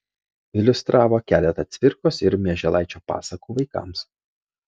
iliustravo keletą cvirkos ir mieželaičio pasakų vaikams